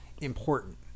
important